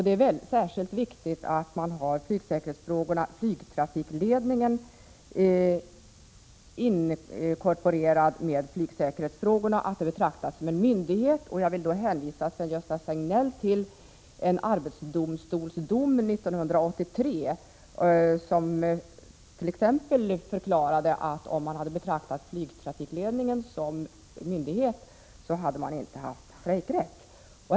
Det är särskilt viktigt att flygtrafikledningen är inkorporerad med flygsäkerhetsfrågorna och att den delen betraktas som en myndighet. Jag vill hänvisa till en dom i arbetsdomstolen 1983, där det förklarades att flygtrafikledningen inte hade haft strejkrätt om den hade betraktats som en myndighet.